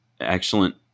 excellent